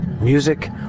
music